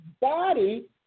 body